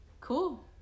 Cool